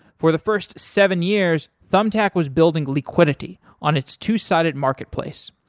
for the first seven years, thumbtack was building liquidity on its two sided marketplace.